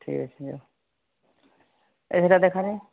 ଠିକ୍ ଅଛି ନିଅ ଏ ସେଟା ଦେଖାରେ